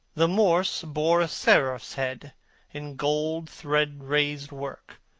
the morse bore a seraph's head in gold-thread raised work.